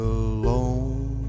alone